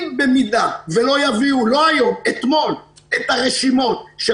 במידה ולא יביאו לא היום אלא אתמול את הרשימות של